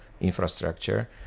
infrastructure